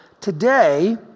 today